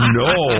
no